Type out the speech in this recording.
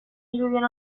irudien